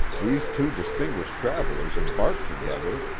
these two distinguished travelers embarked together,